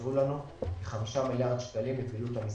יחסרו לנו 5 מיליארד שקלים לפעילות המשרדים.